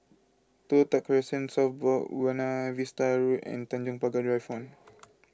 Toh Tuck Crescent South Buona Vista Road and Tanjong Pagar Drive phone